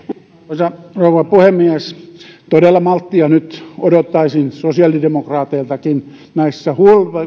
arvoisa rouva puhemies todella malttia nyt odottaisin sosiaalidemokraateiltakin näissä